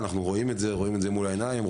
אנחנו רואים את זה מול העיניים,